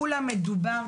כולה מדובר,